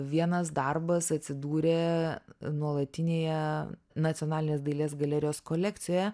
vienas darbas atsidūrė nuolatinėje nacionalinės dailės galerijos kolekcijoje